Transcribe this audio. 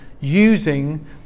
using